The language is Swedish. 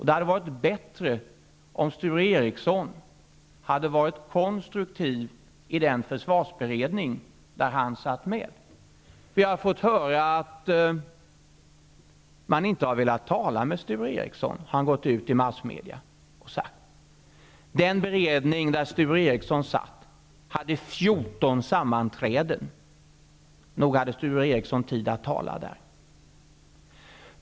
Det hade varit bättre om Sture Ericson hade varit konstruktiv i den försvarsberedning som han satt med i. Sture Ericson har gått ut i massmedia och sagt att man inte velat tala med honom. Den beredning som nog hade Sture Ericson tid att tala där.